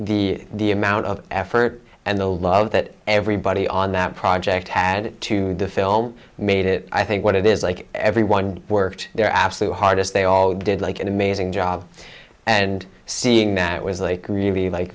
the the amount of effort and the love that everybody on that project had to defend home made it i think what it is like everyone worked their absolute hardest they all did like an amazing job and seeing that was like really like